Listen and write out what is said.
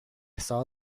saw